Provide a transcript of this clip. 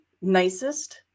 nicest